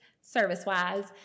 service-wise